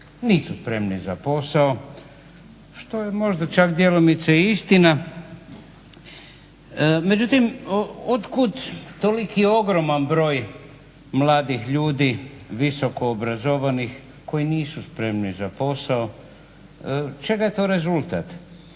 nisu spremni za posao što je možda čak djelomice i istina. Međutim, otkud toliki ogroman broj mladih ljudi visokoobrazovanih koji nisu spremni za posao. Čega je to rezultat?